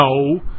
No